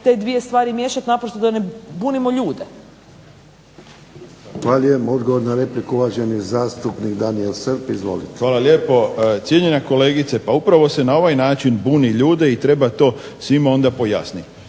te dvije stvari miješati naprosto da ne bunimo ljude. **Jarnjak, Ivan (HDZ)** Zahvaljujem. Odgovor na repliku uvaženi zastupnik Daniel Srb. Izvolite. **Srb, Daniel (HSP)** Hvala lijepo. Cijenjena kolegice, pa upravo se na ovaj način buni ljude i treba to onda svima pojasniti.